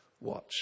watch